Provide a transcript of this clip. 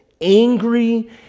angry